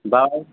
दऽ